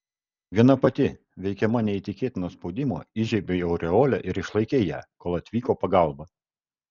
viena pati veikiama neįtikėtino spaudimo įžiebei aureolę ir išlaikei ją kol atvyko pagalba